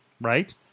right